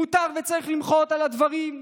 מותר וצריך למחות על הדברים,